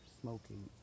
smoking